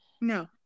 no